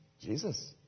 Jesus